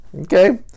Okay